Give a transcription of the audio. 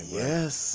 yes